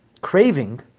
craving